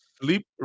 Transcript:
sleep